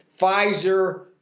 Pfizer